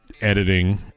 editing